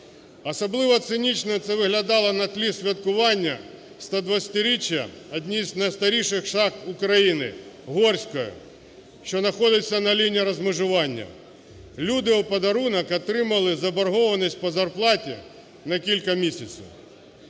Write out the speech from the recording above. Особливо цинічно це виглядало на тлі святкування 120-річчя однієї з найстаріших шахт України "Горської", що находиться на лінії розмежування. Люди у подарунок отримали заборгованість по зарплаті на кілька місяців.